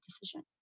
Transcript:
decision